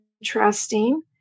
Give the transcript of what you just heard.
interesting